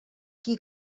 qui